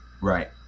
Right